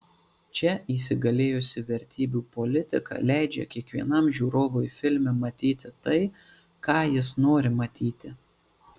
čia įsigalėjusi vertybių politika leidžia kiekvienam žiūrovui filme matyti tai ką jis nori matyti